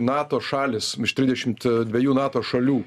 nato šalys iš trisdešimt dviejų nato šalių